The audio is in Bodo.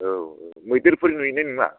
औ औ मैदेरफोर नुयो ना नुवा